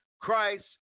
Christ